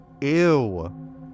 ew